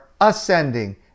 ascending